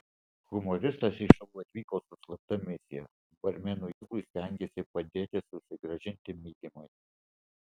humoristas į šou atvyko su slapta misija barmenui juozui stengėsi padėti susigrąžinti mylimąją